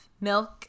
milk